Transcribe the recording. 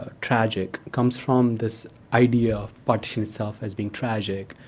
ah tragic comes from this idea of partition itself as being tragic.